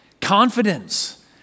Confidence